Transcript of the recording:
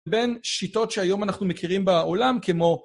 בין שיטות שהיום אנחנו מכירים בעולם כמו...